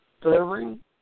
delivering